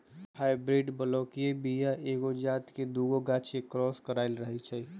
hybrid बलौकीय बीया एके जात के दुगो गाछ के क्रॉस कराएल रहै छै